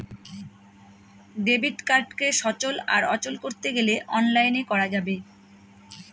debit কার্ডকে সচল আর অচল করতে গেলে অনলাইনে করা যাবে